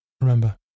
Remember